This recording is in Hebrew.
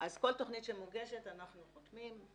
אז כל תוכנית שמוגשת אנחנו חותמים.